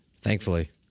Thankfully